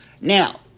Now